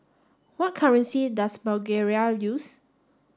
what currency does Bulgaria use